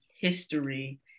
history